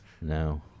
No